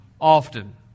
often